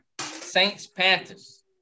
Saints-Panthers